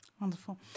Wonderful